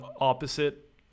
opposite